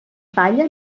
palla